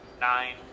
Nine